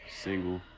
single